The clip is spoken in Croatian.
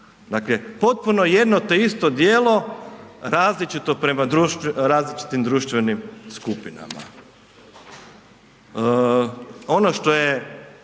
Dakle, potpuno jedno te isto djelo različito prema različitim društvenim skupinama.